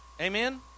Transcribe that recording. Amen